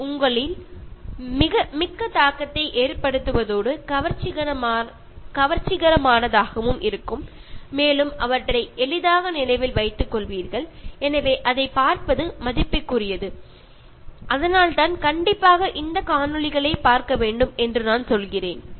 ഈ ലെസ്സനിനുള്ളിൽ ഇതൊക്കെ പരാമർശിച്ചിരുന്നു എങ്കിലും നേരിട്ട് വീഡിയോയിൽ കാണുമ്പോൾ വളരെ ആകർഷണീയമാവുകയും നിങ്ങൾ ഓർത്തിരിക്കുകയും ചെയ്യും